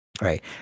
Right